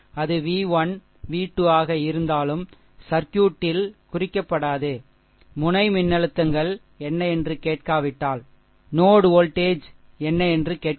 அது v 1 v 2 ஆக இருந்தாலும் சர்க்யூட்டில்சுற்றில் குறிக்கப்படாது முனை மின்னழுத்தங்கள் என்ன என்று கேட்காவிட்டால் இல்லையா